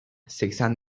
seksen